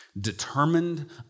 Determined